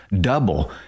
double